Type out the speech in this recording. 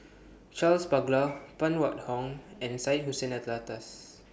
Charles Paglar Phan Wait Hong and Syed Hussein Alatas